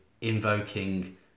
invoking